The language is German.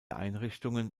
einrichtungen